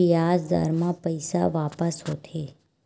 बियाज दर म पइसा वापस होथे